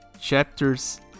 chapters